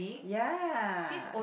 ya